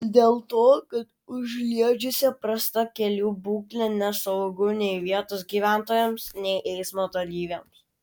dėl to kad užliedžiuose prasta kelių būklė nesaugu nei vietos gyventojams nei eismo dalyviams